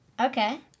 Okay